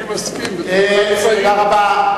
תודה רבה.